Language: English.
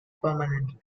permanently